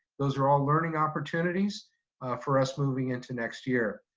those are all learning opportunities for us moving into next year.